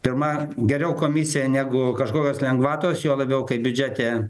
pirma geriau komisija negu kažkokios lengvatos juo labiau kai biudžete